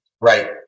Right